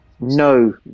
no